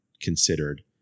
considered